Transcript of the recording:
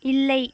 இல்லை